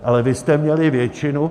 Ale vy jste měli většinu.